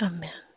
Amen